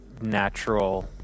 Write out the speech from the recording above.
natural